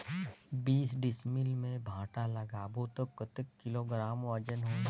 बीस डिसमिल मे भांटा लगाबो ता कतेक किलोग्राम वजन होही?